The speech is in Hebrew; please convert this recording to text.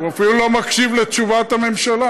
הוא אפילו לא מקשיב לתשובת הממשלה,